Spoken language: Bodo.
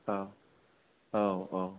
औ औ औ